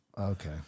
Okay